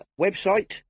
website